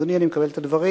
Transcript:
אדוני, אני מקבל את הדברים.